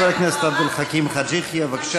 חבר הכנסת עבד אל חכים חאג' יחיא.